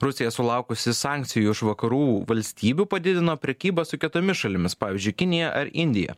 rusija sulaukusi sankcijų iš vakarų valstybių padidino prekybą su kitomis šalimis pavyzdžiui kinija ar indija